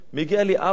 מגיע אלי אבא